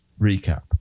recap